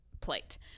plate